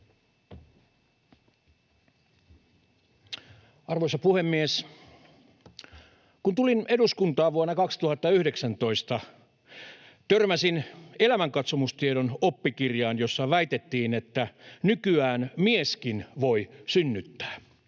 Arvoisa puhemies! Kun tulin eduskuntaan vuonna 2019, törmäsin elämänkatsomustiedon oppikirjaan, jossa väitettiin, että nykyään mieskin voi synnyttää.